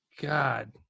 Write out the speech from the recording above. God